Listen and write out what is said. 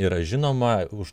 yra žinoma už